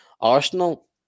Arsenal